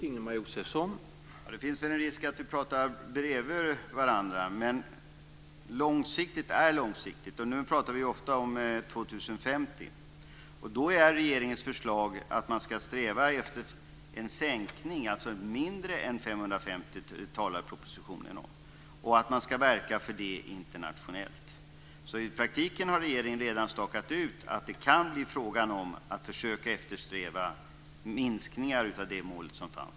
Herr talman! Det finns en risk att vi pratar bredvid varandra. Långsiktigt är långsiktigt. Nu pratar vi ofta om 2050. Regeringens förslag är att sträva efter en sänkning. I propositionen nämner man att man ska verka för lägre än 550 ppm internationellt. I praktiken har regeringen redan stakat ut att det kan bli fråga om att försöka eftersträva en minskning av det målet.